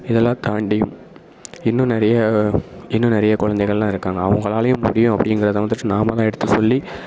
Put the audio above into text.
இதெலாம் தாண்டி இன்னும் நிறைய இன்னும் நிறைய குழந்தைகள் எல்லாம் இருக்காங்க அவங்களாலையும் முடியும் அப்படிங்கிறத வந்துவிட்டு நாம தான் எடுத்து சொல்லி